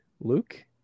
Luke